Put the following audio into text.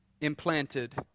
implanted